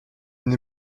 une